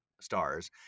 stars